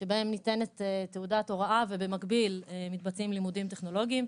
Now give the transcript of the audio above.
שבהם ניתנת תעודת הוראה ובמקביל מתבצעים לימודים טכנולוגיים,